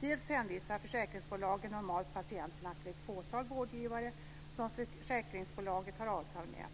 Dels hänvisar försäkringsbolagen normalt patienterna till ett fåtal vårdgivare som försäkringsbolaget har avtal med,